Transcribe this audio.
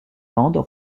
landes